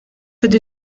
ydy